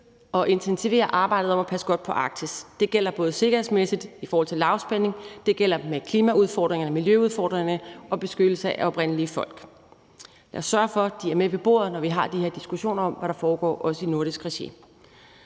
og intensivere arbejdet med at passe godt på Arktis. Det gælder både sikkerhedsmæssigt i forhold til lavspænding, og det gælder klimaudfordringer og miljøudfordringer og beskyttelse af oprindelige folk og at sørge for, at de er med ved bordet, når vi har de her diskussioner om, hvad der foregår, også i nordisk regi.